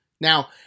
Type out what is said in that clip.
Now